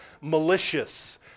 malicious